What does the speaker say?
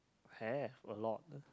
have a lot